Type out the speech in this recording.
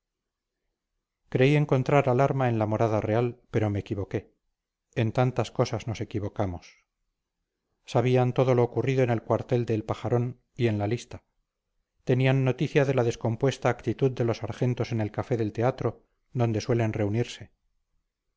creí encontrar alarma en la morada real pero me equivoqué en tantas cosas nos equivocamos sabían todo lo ocurrido en el cuartel del pajarón y en la lista tenían noticia de la descompuesta actitud de los sargentos en el café del teatro donde suelen reunirse